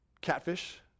catfish